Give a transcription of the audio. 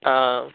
ஆ